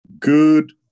Good